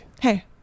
hey